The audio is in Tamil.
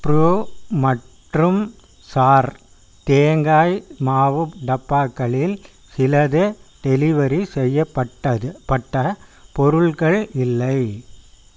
ப்ரோ மற்றும் சார் தேங்காய் மாவு டப்பாக்களில் சிலது டெலிவெரி செய்யப்பட்டது பட்ட பொருட்கள் இல்லை